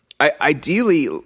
ideally